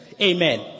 Amen